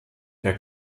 der